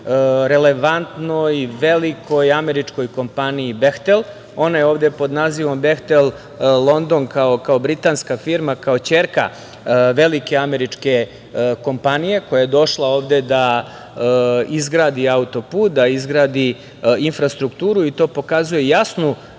relevantnoj, velikoj američkoj kompaniji „Behtel“. Ona je ovde pod nazivom „Behtel London“ kao britanska firma, kao ćerka velike američke kompanije koja je došla ovde da izgradi autoput, da izgradi infrastrukturu. To pokazuje jasnu